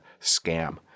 scam